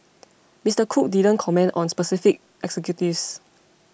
Mister Cook didn't comment on specific executives